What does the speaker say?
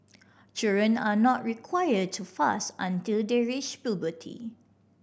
children are not required to fast until they reach puberty